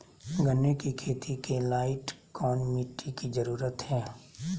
गन्ने की खेती के लाइट कौन मिट्टी की जरूरत है?